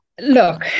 Look